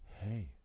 hey